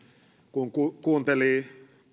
kun kun kuunteli